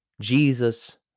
Jesus